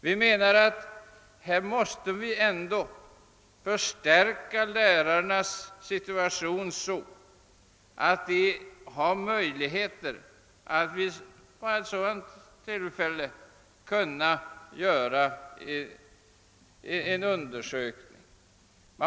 Vi måste förstärka lärarnas ställning genom att de exempelvis vid ett sådant tillfälle skall kunna göra en undersökning.